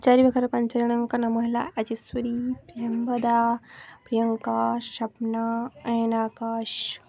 ଚାରି ପାାଖରେ ପାଞ୍ଚ ଜଣଙ୍କ ନାମ ହେଲା ଆଜେଶ୍ଵରୀ ପ୍ରିୟମ୍ବଦା ପ୍ରିୟଙ୍କା ସପ୍ନା ଏନାକାଶ